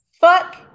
fuck